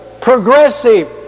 progressive